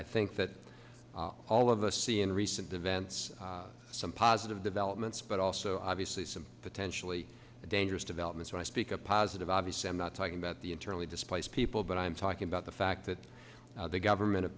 i think that all of us see in recent events some positive developments but also obviously some potentially dangerous developments and i speak a positive obviously i'm not talking about the internally displaced people but i'm talking about the fact that the government of